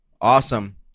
Awesome